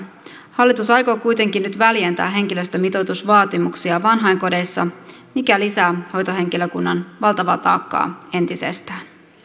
hallitus aikoo kuitenkin nyt väljentää henkilöstömitoitusvaatimuksia vanhainkodeissa mikä lisää hoitohenkilökunnan valtavaa taakkaa entisestään